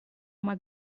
uma